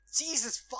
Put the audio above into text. Jesus